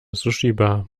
sushibar